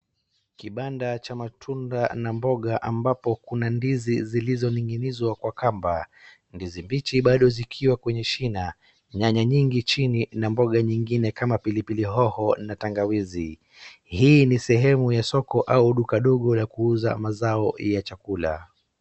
Kibanda cha matunda na mboga ambapo kuna ndizi zilizoning'inizwa kwa kamba. Ndizi mbichi bado zikiwa kwenye shina, nyanya nyingi chini na mboga nyingine kama pilipilihoho na tangawizi. Hii ni sehemu ya soko au duka ndogo la kuuza mazao ya chakula.